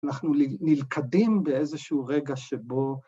‫אנחנו נלכדים באיזשהו רגע שבו...